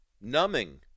numbing